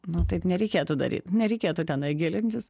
nu taip nereikėtų daryt nereikėtų tenai gilintis